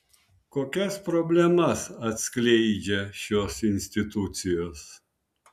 kokias problemas atskleidžią šios institucijos